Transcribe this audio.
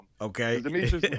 Okay